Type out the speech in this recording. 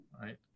right